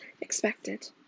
expected